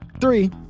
three